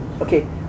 okay